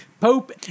Pope